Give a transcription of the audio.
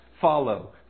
follow